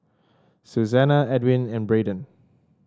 Susanna Edwin and Braydon